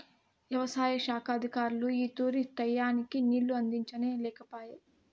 యవసాయ శాఖ అధికారులు ఈ తూరి టైయ్యానికి నీళ్ళు అందించనే లేకపాయె